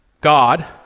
God